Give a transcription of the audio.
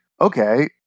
Okay